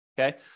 okay